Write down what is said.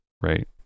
right